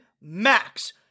max